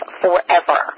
forever